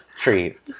treat